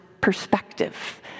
perspective